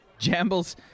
Jambles